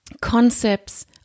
concepts